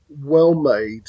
well-made